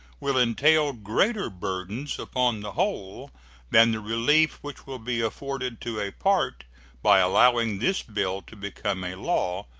will entail greater burdens upon the whole than the relief which will be afforded to a part by allowing this bill to become a law,